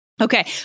Okay